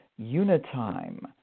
unitime